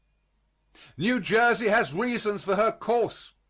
new jersey has reasons for her course.